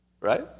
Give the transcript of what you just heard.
Right